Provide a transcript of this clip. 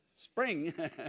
spring